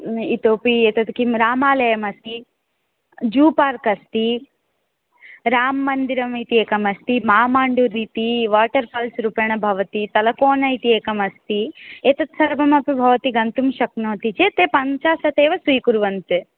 इतोपि एतद् किं रामायलमस्ति ज़ू पार्क् अस्ति राममन्दिरम् इति एकम् अस्ति मामाम्ण्डुरिति वाटर् फ़ाल्स् रूपेण भवति तलकोन इति एकम् अस्ति एतत् सर्वमपि भवती गन्तुं शक्नोति चेत् ते पञ्चाशदेव स्वीकुर्वन्ति